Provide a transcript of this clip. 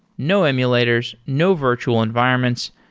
no emulators, no virtual environments.